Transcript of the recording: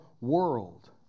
world